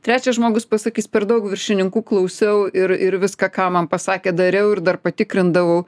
trečias žmogus pasakys per daug viršininkų klausiau ir ir viską ką man pasakė dariau ir dar patikrindavau